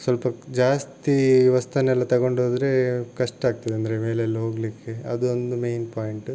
ಸ್ವಲ್ಪ ಜಾಸ್ತಿ ವಸ್ತುನೆಲ್ಲ ತಗೊಂಡೋದ್ರೆ ಕಷ್ಟ ಆಗ್ತದೆ ಅಂದರೆ ಮೇಲೆಯೆಲ್ಲ ಹೋಗಲಿಕ್ಕೆ ಅದೊಂದು ಮೈನ್ ಪಾಯಿಂಟು